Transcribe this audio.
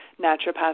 naturopath